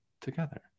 together